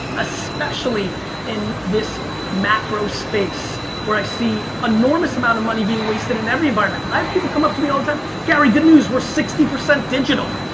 especially in this macro space where i see enormous amount of money being wasted in every environment. i have people come up to me all the time, gary, good news, we're sixty percent digital